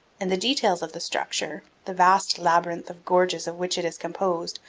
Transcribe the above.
and the details of the structure, the vast labyrinth of gorges of which it is composed,